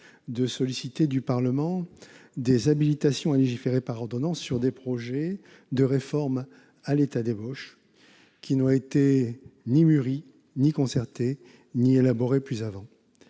de solliciter du Parlement des habilitations à légiférer par ordonnance sur des projets de réforme à l'état d'ébauche, qui n'ont été ni muris ni concertés ni élaborés plus avant.